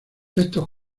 estos